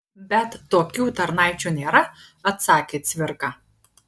bet tokių tarnaičių nėra atsakė cvirka